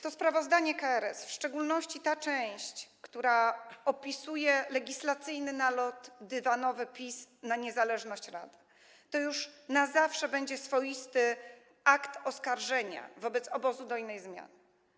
To sprawozdanie KRS, a w szczególności ta część, która opisuje legislacyjny nalot dywanowy PiS na niezależność rady, to już na zawsze będzie swoisty akt oskarżenia wobec obozu dojnej zmiany.